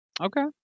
Okay